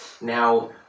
Now